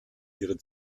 ihre